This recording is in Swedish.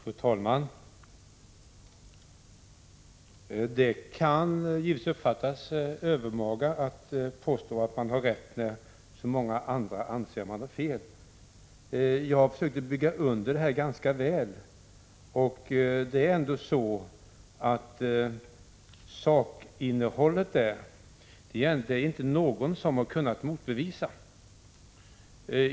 Fru talman! Det kan givetvis uppfattas som övermaga att påstå att man har rätt när så många andra anser att man har fel. Jag försökte bygga under mina påståenden ganska väl. Sakinnehållet är det egentligen inte någon som har kunnat motbevisa.